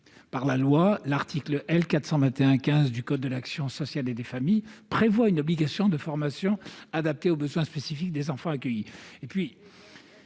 par le droit. L'article L. 421-15 du code de l'action sociale et des familles prévoit en effet une obligation de formation adaptée aux besoins spécifiques des enfants accueillis.